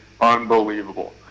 unbelievable